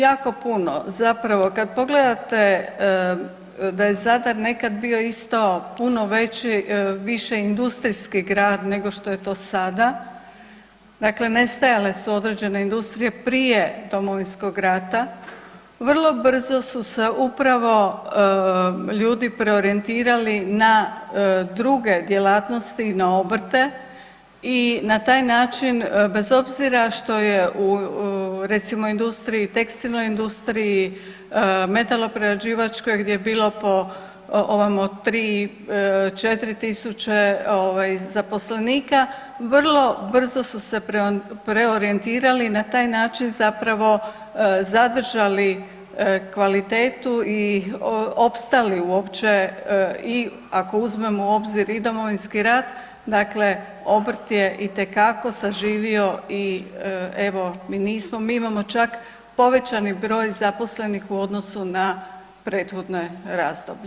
Jako puno, zapravo kad pogledate da je Zadar nekad bio isto puno veći, više industrijski grad nego što je to sada, dakle nestajale su određene industrije prije Domovinskog rata, vrlo brzo su se upravo ljudi preorijentirali na druge djelatnosti, na obrte i na taj način bez obzira što je u recimo industriji, tekstilnoj industriji, metaloprerađivačkoj gdje je bilo po ovamo 3, 4000 zaposlenika, vrlo brzo su se preorijentirali i na taj način zapravo zadržali kvalitetu i opstali uopće i ako uzmemo u obzir i Domovinski rat, dakle obrt je itekako saživio i evo, mi nismo, mi imamo čak povećani broj zaposlenih u odnosu na prethodno razdoblje.